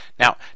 Now